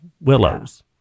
willows